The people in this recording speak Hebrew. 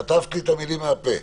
חטפת לי את המילים מהפה.